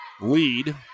lead